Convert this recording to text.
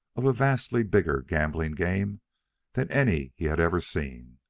of a vastly bigger gambling game than any he had ever seen.